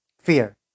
fear